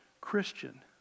Christian